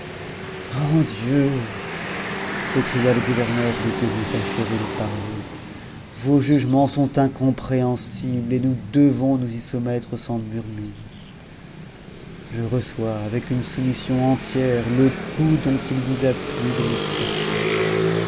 grand dieu s'écria le gouverneur dès que j'eus achevé de parler vos jugements sont incompréhensibles et nous devons nous y soumettre sans murmure je reçois avec une soumission entière le coup dont il vous a plu de me frapper